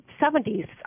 70s